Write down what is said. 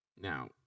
Now